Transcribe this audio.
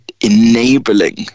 enabling